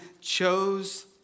chose